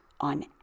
on